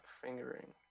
Fingering